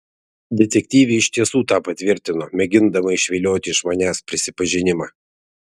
detektyvė iš tiesų tą patvirtino mėgindama išvilioti iš manęs prisipažinimą